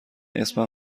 اسمم